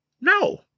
no